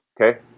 okay